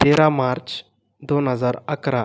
तेरा मार्च दोन हजार अकरा